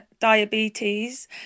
diabetes